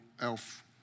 elf